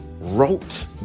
Wrote